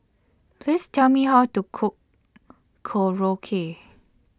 Please Tell Me How to Cook Korokke